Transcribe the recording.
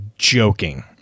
Joking